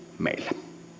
meillä